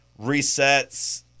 resets